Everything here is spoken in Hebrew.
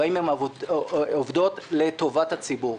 והאם הן עובדות לטובת הציבור.